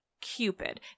Cupid